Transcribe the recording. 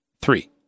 Three